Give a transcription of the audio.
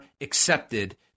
accepted